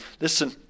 Listen